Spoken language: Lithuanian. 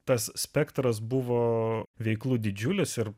tas spektras buvo veiklų didžiulis ir